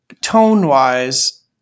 tone-wise